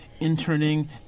interning